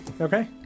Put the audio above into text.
Okay